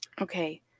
Okay